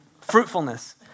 Fruitfulness